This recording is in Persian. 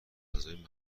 غذای